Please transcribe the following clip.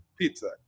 pizza